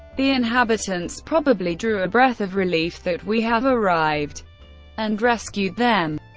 the inhabitants probably drew a breath of relief that we have arrived and rescued them.